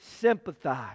sympathize